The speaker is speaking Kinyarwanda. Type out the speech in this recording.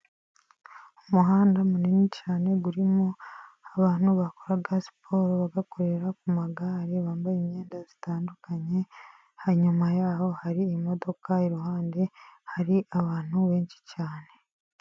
Umuhanda munini cyane, urimo abantu bakora siporo bakorera ku magare, bambaye imyenda itandukanye, hanyuma yaho har'imodoka iruhande hari abantu benshi cyane.